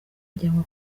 ajyanwa